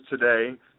today